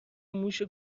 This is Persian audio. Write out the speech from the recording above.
موش